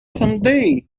someday